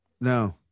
No